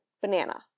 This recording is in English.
banana